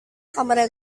kamarnya